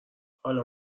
حالا